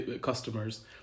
customers